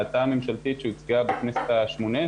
בכוונת משרד הביטחון לקדם את ההצעה המקורית שהוצגה בכנסת השמונה-עשרה,